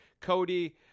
Cody